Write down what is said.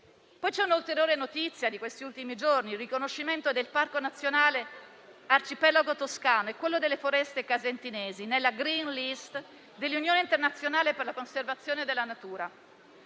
C'è un'ulteriore notizia degli ultimi giorni: l'inserimento del Parco Nazionale dell'Arcipelago toscano e quello delle Foreste Casentinesi nella *green* *list* dell'Unione internazionale per la conservazione della natura.